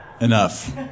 enough